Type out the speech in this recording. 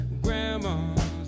grandma's